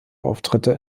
auftritte